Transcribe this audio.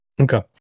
Okay